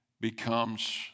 becomes